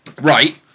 Right